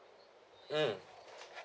mm